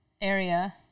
area